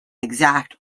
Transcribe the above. exact